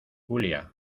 julia